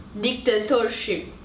dictatorship